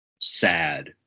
sad